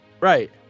Right